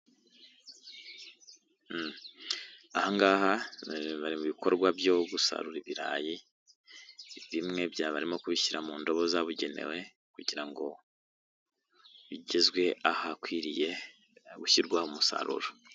Ahangaha bari mu bikorwa byo gusarura ibirayi, bimwe barimo kubishyira mu ndobo zabugenewe, kugira ngo bigezwe ahakwiriye gushyirwa umusaruro.